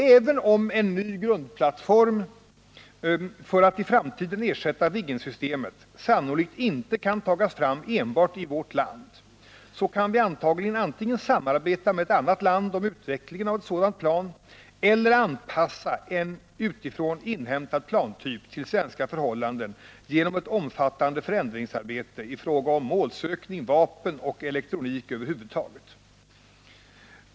Även om en ny grundplattform för att i framtiden ersätta Viggensystemet sannolikt inte kan tagas fram enbart i vårt land, så kan vi antagligen antingen samarbeta med ett annat land om utvecklingen av ett sådant plan eller anpassa en utifrån hämtad plantyp till svenska förhållanden genom ett omfattande förändringsarbete i fråga om målsökning, vapen och elektronik över huvud taget.